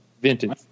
Vintage